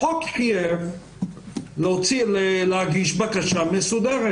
החוק חייב להגיש בקשה מסודרת.